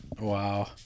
Wow